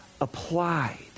Applied